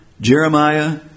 Jeremiah